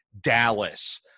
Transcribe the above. Dallas